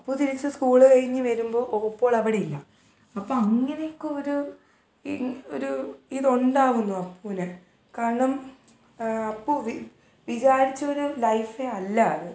അപ്പൂ തിരിച്ച് സ്കൂള് കഴിഞ്ഞു വരുമ്പോൾ ഓപ്പോളവിടില്ല അപ്പം അങ്ങനക്കെയൊരു ഇ ഒരു ഇതുണ്ടാവുന്നു അപ്പൂന് കാരണം അപ്പു വിചാരിച്ചൊരു ലൈഫേ അല്ല അത്